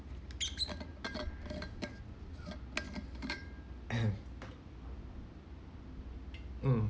um